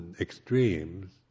extremes